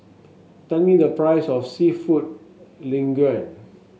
tell me the price of seafood Linguine